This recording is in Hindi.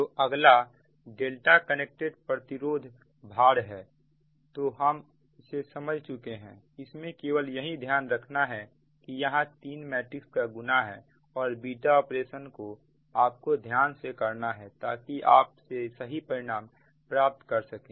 तो अगला कनेक्टेड प्रतिरोध भार है तो हम इसे समझ चुके हैं इसमें केवल यही ध्यान रखना है कि यहां तीन मैट्रिक्स का गुना है और ऑपरेशन को आप को ध्यान से करना है ताकि आप सही परिणाम प्राप्त कर सकें